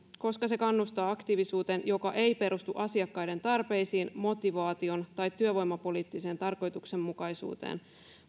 koska se kannustaa aktiivisuuteen joka ei perustu asiakkaiden tarpeisiin motivaatioon tai työvoimapoliittiseen tarkoituksenmukaisuuteen